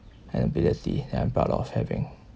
an ability that I'm proud of having